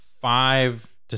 five